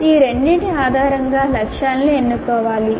ఈ రెండింటి ఆధారంగా లక్ష్యాలను ఎన్నుకోవాలి